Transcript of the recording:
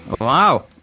Wow